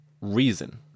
Reason